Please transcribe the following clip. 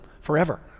forever